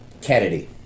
Kennedy